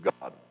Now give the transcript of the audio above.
God